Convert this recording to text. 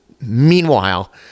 Meanwhile